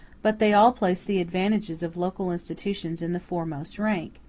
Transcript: but they all placed the advantages of local institutions in the foremost rank.